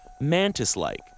mantis-like